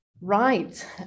Right